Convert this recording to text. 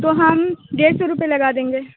تو ہم ڈیڑھ سو روپیے لگا دیں گے